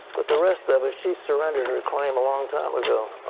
but the rest of it, she surrendered her claim a long time ago.